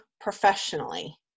professionally